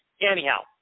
anyhow